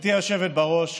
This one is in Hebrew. גברתי היושבת בראש,